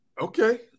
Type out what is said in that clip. Okay